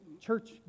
Church